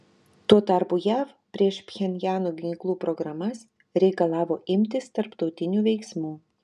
tuo tarpu jav prieš pchenjano ginklų programas reikalavo imtis tarptautinių veiksmų